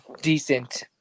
decent